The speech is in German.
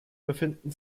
befinden